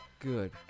Good